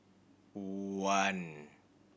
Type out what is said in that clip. one